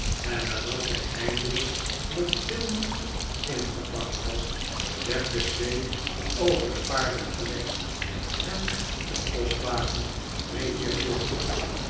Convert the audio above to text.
en nadat zij eindelijk met veel moeite ingepakt was werd de zweep over de paarden gelegd en de postwagen reed weer voort